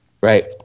Right